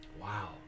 Wow